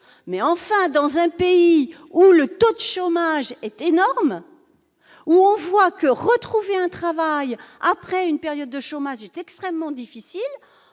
mais enfin dans un pays où le taux chômage était énorme, où on voit que retrouver un travail après une période de chômage est extrêmement difficile,